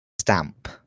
stamp